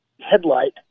headlight